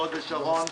מהוד השרון,